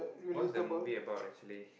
what's the movie about actually